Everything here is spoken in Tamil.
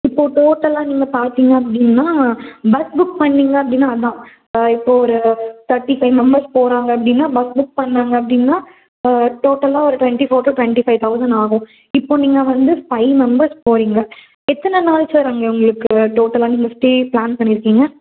இப்போ டோட்டல்லாக நீங்கள் பார்த்தீங்க அப்படின்னா பஸ் புக் பண்ணீங்க அப்படின்னா அதான் ஆ இப்போ ஒரு தேர்ட்டி ஃபை மெம்பர்ஸ் போகிறாங்க அப்படின்னா பஸ் புக் பண்ணிணாங்க அப்படின்னா டோட்டல்லாக ஒரு twenty four to twenty five thousand ஆகும் இப்போ நீங்கள் வந்து ஃபை மெம்பர்ஸ் போகறீங்க எத்தனை நாள் சார் அங்கே உங்களுக்கு டோட்டல்லாக நீங்கள் ஸ்டே ப்ளான் பண்ணிருக்கீங்க